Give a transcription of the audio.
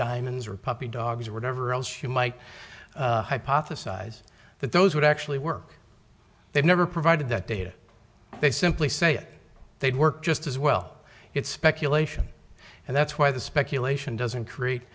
diamonds were pumping dogs or whatever else you might hypothesize that those would actually work they never provided that data they simply say they'd work just as well it's speculation and that's why the speculation doesn't create